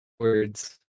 Words